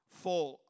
full